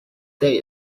day